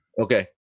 Okay